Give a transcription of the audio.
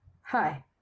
Hi